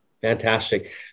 Fantastic